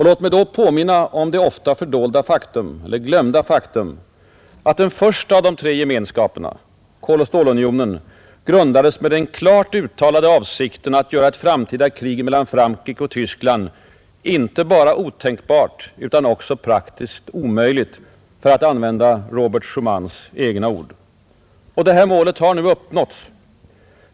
Låt mig då påminna om det ofta fördolda faktum — det ofta glömda faktum — att den första av de tre Gemenskaperna, koloch stålunionen, grundades med den klart uttalade avsikten att göra ett framtida krig mellan Frankrike och Tyskland ”inte bara otänkbart utan också praktiskt omöjligt”, för att använda Robert Schumans egna ord. Det målet har nu uppnåtts.